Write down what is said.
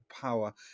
power